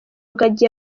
rugagi